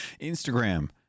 instagram